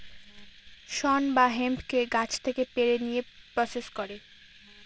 শন বা হেম্পকে গাছ থেকে পেড়ে নিয়ে প্রসেস করে